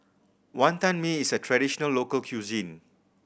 Wonton Mee is a traditional local cuisine